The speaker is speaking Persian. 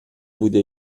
بوده